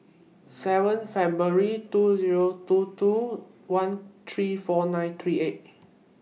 seven February two Zero two two one three four nine three eight